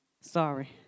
Sorry